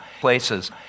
places